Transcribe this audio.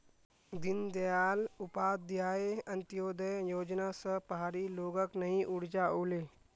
दीनदयाल उपाध्याय अंत्योदय योजना स पहाड़ी लोगक नई ऊर्जा ओले